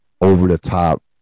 over-the-top